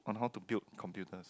on how to build computers